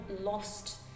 lost